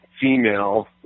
female